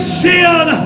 sin